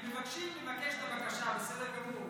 מבקשים לבקש את הבקשה, בסדר גמור.